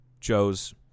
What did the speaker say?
Joe's